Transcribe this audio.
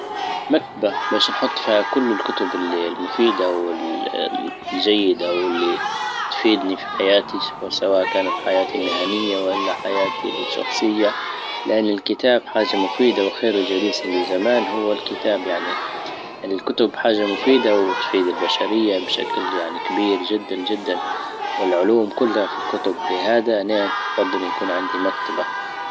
مكتبة باش نحط فيها كل الكتب المفيدة والجيدة واللي تفيدني في حياتي، سواء كانت حياتي مهنية ولا حياتي الشخصية. لان الكتاب حاجة مفيدة وخير جليس للزمان هو الكتاب. يعني الكتب حاجة مفيدة وتفيد البشرية بشكل يعني كبير جدا جدا والعلوم كلها في الكتب. لهذا يفضل يكون عندي مكتبة.